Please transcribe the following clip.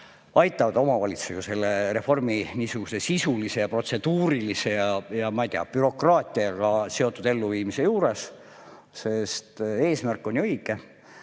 aitavad omavalitsusi selle reformi niisuguse sisulise ja protseduurilise, ma ei tea, bürokraatiaga seotud elluviimise juures. Eesmärk on ju õige: